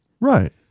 Right